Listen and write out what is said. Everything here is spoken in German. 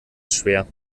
schwer